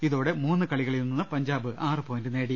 ഇതോടെ മൂന്ന് കളികളിൽ നിന്ന് പഞ്ചാബ് ആറ് പോയിന്റ് നേടി